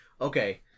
Okay